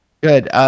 Good